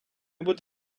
будь